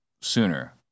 sooner